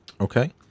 Okay